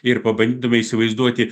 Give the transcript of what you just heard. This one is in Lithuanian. ir pabandytume įsivaizduoti